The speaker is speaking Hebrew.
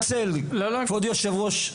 כבוד יושב הראש,